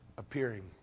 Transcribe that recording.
appearing